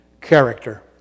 Character